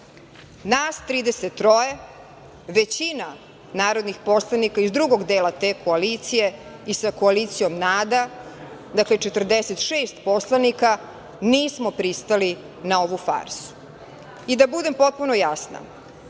33, većina narodnih poslanika iz drugog dela te koalicije i sa koalicijom NADA, dakle 46 poslanika, nismo pristali na ovu farsu. Da budem potpuno jasna,